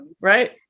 right